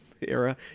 era